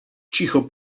cicho